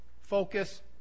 focus